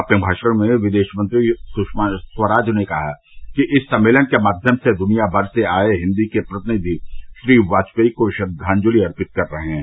अपने भाषण में विदेश मंत्री सुषमा स्वराज ने कहा कि इस सम्मेलन के माध्यम से द्नियामर से आए हिन्दी के प्रतिनिधि श्री वाजपेयी को श्रद्धांजलि अर्पित कर रहे हैं